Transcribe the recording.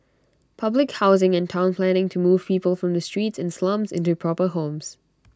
public housing and Town planning to move people from the streets and slums into proper homes